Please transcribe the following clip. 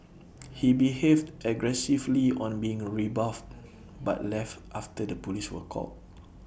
he behaved aggressively on being rebuffed but left after the Police were called